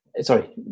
Sorry